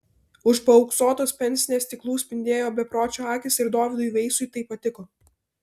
už paauksuotos pensnė stiklų spindėjo bepročio akys ir dovydui veisui tai patiko